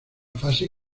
fase